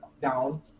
down